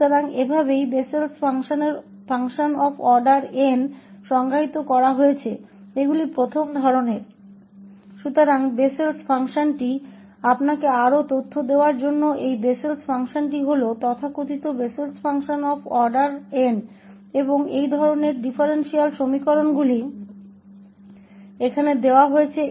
तो बेसेल का कार्य आपको अधिक जानकारी देने के लिए है कि यह बेसेल का कार्य तथाकथित बेसेल के क्रम n के समीकरण का समाधान है